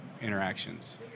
interactions